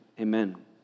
amen